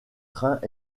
trains